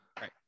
Right